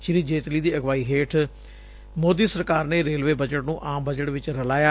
ਸ਼੍ਸੀ ਜੇਟਲੀ ਦੀ ਅਗਵਾਈ ਹੇਠ ਮੋਦੀ ਸਰਕਾਰ ਨੇ ਰੇਲਵੇ ਬਜਟ ਨੂੰ ਆਮ ਬਜਟ ਚ ਰਲਾਇਆ